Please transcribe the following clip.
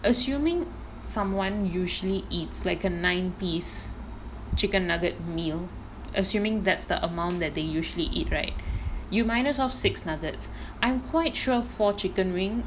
assuming someone usually eats like a nine piece chicken nugget meal assuming that's the amount that they usually eat right you minus of six nuggets I'm quite sure four chicken wing